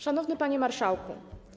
Szanowny Panie Marszałku!